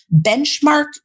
benchmark